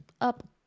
up